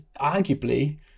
arguably